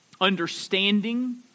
understanding